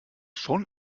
schon